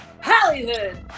Hollywood